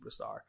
superstar